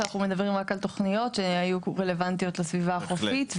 שאנחנו מדברים רק על תוכניות שהיו רלוונטיות לסביבה החופית.